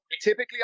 typically